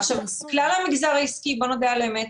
בואו נודה על האמת,